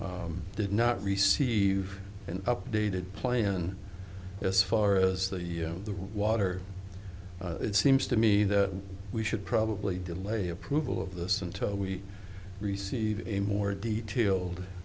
did not receive an updated plan as far as the you know the water it seems to me that we should probably delay approval of this until we receive a more detail